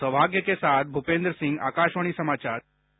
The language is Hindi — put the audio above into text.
सौभाग्य के साथ भूपेन्द्र सिंह आकाशवाणी समाचार दिल्ली